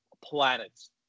planets